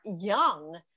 young